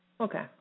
Okay